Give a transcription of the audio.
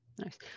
Nice